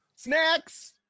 Snacks